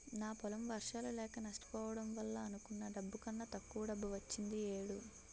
నా పొలం వర్షాలు లేక నష్టపోవడం వల్ల అనుకున్న డబ్బు కన్నా తక్కువ డబ్బు వచ్చింది ఈ ఏడు